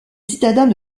citadins